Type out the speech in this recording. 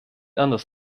anders